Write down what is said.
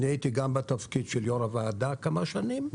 אני הייתי בתפקיד של יושב-ראש הוועדה כמה שנים.